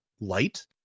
light